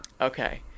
Okay